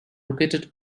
located